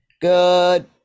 Good